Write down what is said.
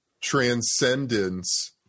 transcendence